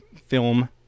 film